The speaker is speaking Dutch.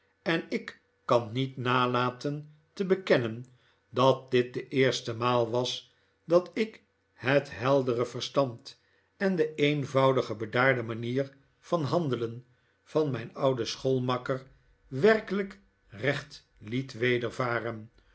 en ik kan niet nalaten te bekennen dat dit de eerste maal was dat ik het heldere verstand en de eenvoudige bedaarde manier van handelen van mijn ouden schoolmakker werkelijk recht het wedervaren